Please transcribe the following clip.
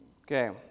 Okay